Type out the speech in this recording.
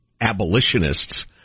abolitionist's